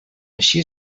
així